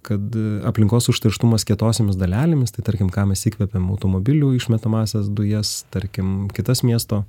kad aplinkos užterštumas kietosiomis dalelėmis tai tarkim ką mes įkvepiam automobilių išmetamąsias dujas tarkim kitas miesto